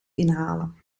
inhalen